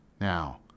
Now